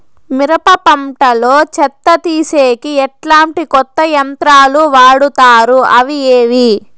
మిరప పంట లో చెత్త తీసేకి ఎట్లాంటి కొత్త యంత్రాలు వాడుతారు అవి ఏవి?